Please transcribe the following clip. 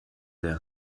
der